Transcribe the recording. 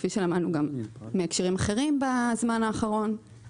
כפי שלמדנו גם מהקשרים אחרים בזמן האחרון.